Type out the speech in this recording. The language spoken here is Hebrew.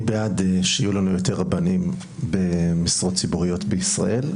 אני בעד שיהיו לנו יותר רבנים במשרות ציבוריות בישראל.